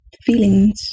feelings